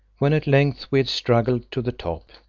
when at length we had struggled to the top,